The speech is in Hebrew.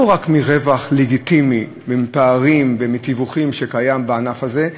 לא רק מרווח לגיטימי מפערים מתיווכים שקיימים בענף הזה,